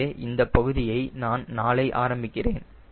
எனவே இந்த பகுதியை நான் நாளை ஆரம்பிக்கிறேன்